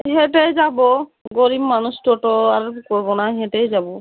আমি হেঁটেই যাবো গরীব মানুষ টোটো আর করবো না হেঁটেই যাবো